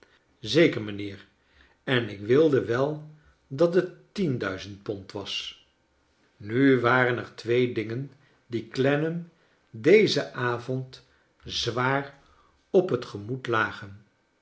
zeker mijnheer en ik wilde wel dat het tien duizend pond was nu waren er twee dingen die clennam dezen avond zwaar op het gemoed lagen